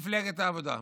למפלגת העבודה?